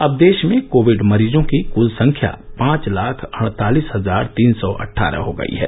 अब देश में कोविड मरीजों की क्ल संख्या पांच लाख अड़तालीस हजार तीन सौ अट्ठारह हो गई है